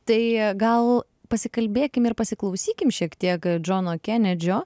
tai gal pasikalbėkim ir pasiklausykim šiek tiek džono kenedžio